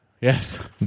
Yes